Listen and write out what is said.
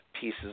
pieces